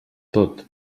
tot